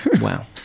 Wow